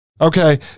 okay